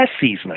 season